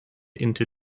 into